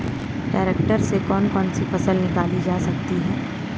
Tractor से कौन कौनसी फसल निकाली जा सकती हैं?